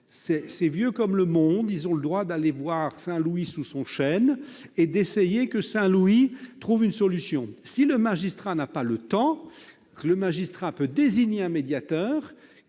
c'est vieux comme le monde ! Ils ont le droit d'aller voir Saint Louis sous son chêne et de lui demander de trouver une solution. Si le magistrat n'a pas le temps, il peut désigner un médiateur,